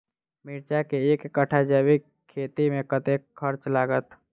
मिर्चा केँ एक कट्ठा जैविक खेती मे कतेक खर्च लागत?